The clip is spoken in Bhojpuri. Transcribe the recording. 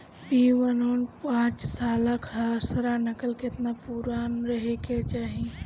बी वन और पांचसाला खसरा नकल केतना पुरान रहे के चाहीं?